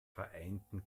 vereinten